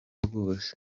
rwose